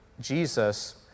Jesus